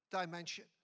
dimension